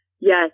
Yes